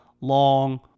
long